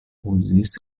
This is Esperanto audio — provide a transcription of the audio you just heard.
uzis